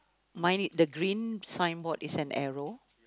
mine i~ the green signboard is an arrow